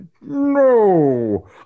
No